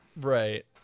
right